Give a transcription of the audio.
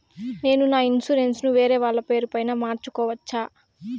నేను నా ఇన్సూరెన్సు ను వేరేవాళ్ల పేరుపై మార్సుకోవచ్చా?